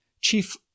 Chief